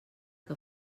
que